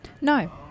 no